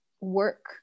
work